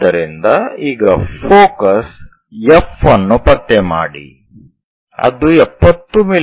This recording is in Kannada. ಆದ್ದರಿಂದ ಈಗ ಫೋಕಸ್ F ಅನ್ನು ಪತ್ತೆ ಮಾಡಿ ಅದು 70 ಮಿ